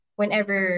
whenever